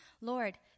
Lord